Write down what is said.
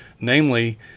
Namely